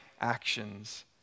actions